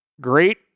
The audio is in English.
Great